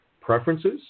preferences